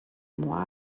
mois